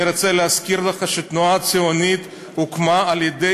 אני רוצה להזכיר לך שהתנועה הציונית הוקמה על-ידי